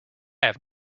have